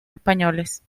españoles